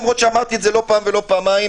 למרות שאמרתי את זה לא פעם ולא פעמיים,